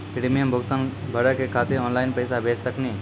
Premium भुगतान भरे के खातिर ऑनलाइन पैसा भेज सकनी?